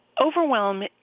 overwhelm